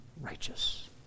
righteous